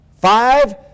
Five